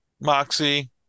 Moxie